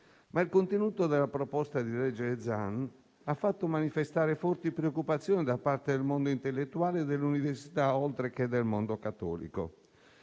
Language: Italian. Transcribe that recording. Ma il contenuto del disegno di legge Zan ha fatto manifestare forti preoccupazioni da parte del mondo intellettuale e dell'università, oltre che del mondo cattolico.